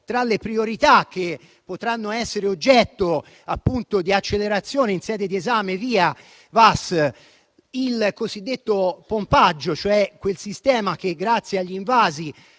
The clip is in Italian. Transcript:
tra le priorità che potranno essere oggetto di accelerazione in sede di esame VIA-VAS, abbiamo inserito il cosiddetto pompaggio, cioè quel sistema che, grazie agli invasi,